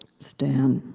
stan